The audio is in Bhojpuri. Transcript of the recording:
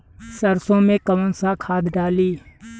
सरसो में कवन सा खाद डाली?